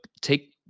take